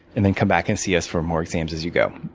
and then, come back and see us for more exams as you go.